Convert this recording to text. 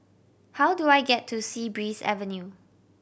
how do I get to Sea Breeze Avenue